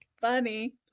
funny